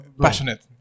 passionate